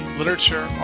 literature